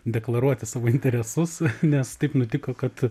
deklaruoti savo interesus nes taip nutiko kad